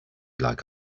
like